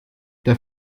der